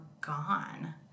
gone